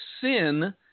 sin